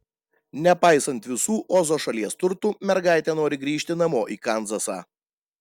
nepaisant visų ozo šalies turtų mergaitė nori grįžti namo į kanzasą